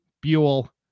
buell